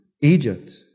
Egypt